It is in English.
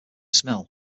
smell